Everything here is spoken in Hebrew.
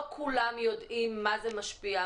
לא כולם יודעים איך זה משפיע,